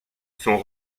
sont